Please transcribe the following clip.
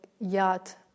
yacht